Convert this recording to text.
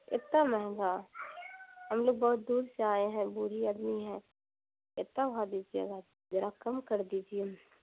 اتنا مہنگا ہم لوگ بہت دور سے آئے ہیں بوڑھی آدمی ہیں اتنا بھاؤ دیجیے گا ذرا کم کر دیجیے